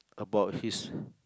about his